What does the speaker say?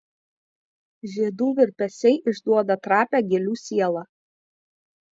žiedų virpesiai išduoda trapią gėlių sielą